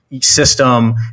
System